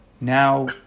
now